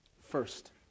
First